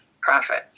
profits